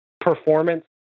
performance